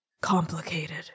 complicated